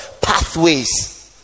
pathways